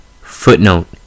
Footnote